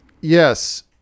yes